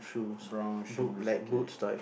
brown shoes okay